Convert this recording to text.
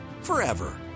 forever